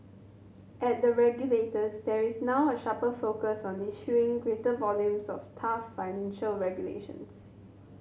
at the regulators there is now a sharper focus on issuing greater volumes of tough financial regulations